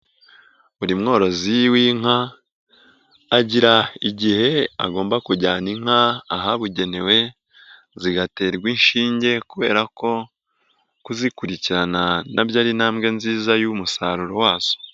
Buri mworozi w'inka agira igihe agomba kujyana inka ahabugenewe, zigaterwa inshinge kubera ko kuzikurikirana na byo ari intambwe nziza y'umusaruro wazo.